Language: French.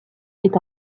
est